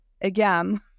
again